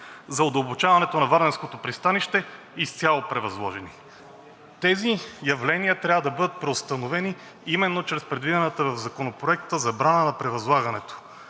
за удълбочаването на варненското пристанище – изцяло превъзложени. Тези явления трябва да бъдат преустановени именно чрез предвидената в Законопроекта забрана на превъзлагането,